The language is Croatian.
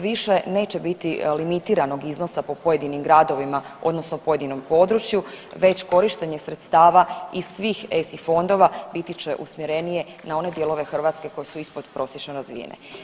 Više neće biti limitiranog iznosa po pojedinim gradovima odnosno pojedinom području već korištenje sredstava iz svih ESI fondova biti će usmjerenije na one dijelove Hrvatske koje su ispod prosječno razvijene.